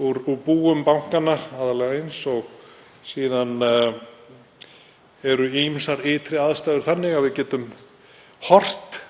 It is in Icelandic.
úr búum bankanna. Eins eru síðan ýmsar ytri aðstæður þannig að við getum horft